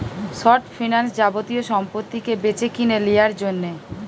short finance যাবতীয় সম্পত্তিকে বেচেকিনে লিয়ার জন্যে